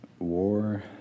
War